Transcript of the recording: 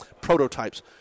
prototypes